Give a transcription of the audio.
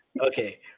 Okay